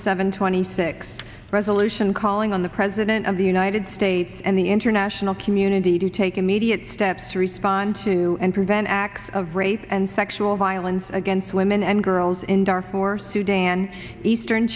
seven twenty six resolution calling on the president of the united states and the international community to take immediate steps to respond to and prevent acts of rape and sexual violence against women and girls in darfur sudan eastern